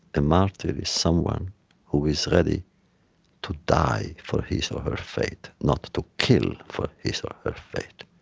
a martyr is someone who is ready to die for his or her faith, not to kill for his or her faith.